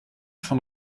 von